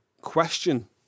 question